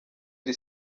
iri